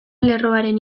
lerroaren